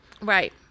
Right